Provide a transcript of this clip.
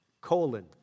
colon